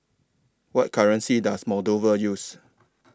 What currency Does Moldova use